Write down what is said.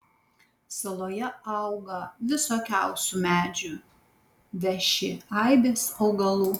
saloje auga visokiausių medžių veši aibės augalų